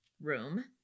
room